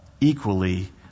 equally